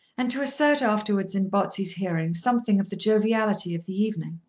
and to assert afterwards in botsey's hearing something of the joviality of the evening.